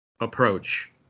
approach